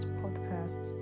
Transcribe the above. podcast